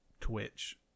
Twitch